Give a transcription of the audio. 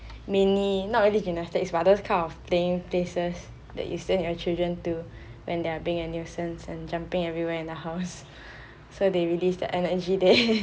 mini not really gymnastics but those kind of thing places that you send your children to when they are being a nuisance and jumping everywhere in the house so they release the energy there